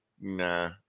nah